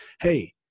hey